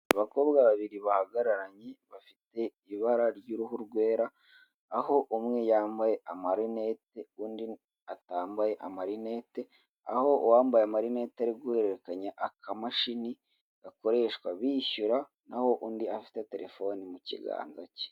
Abakobwa babiri bahagararanye bafite ibara ry'uruhu rwera, aho umwe yambaye amarinete undi atambaye amarinete, aho uwambaye amarinete ari guhererekanya akamashini gakoreshwa bishyura naho undi afite telefoni mu kiganza cye.